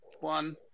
one